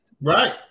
Right